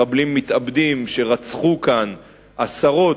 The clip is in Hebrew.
מחבלים מתאבדים שרצחו כאן עשרות,